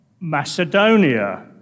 Macedonia